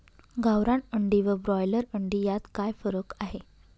गावरान अंडी व ब्रॉयलर अंडी यात काय फरक आहे?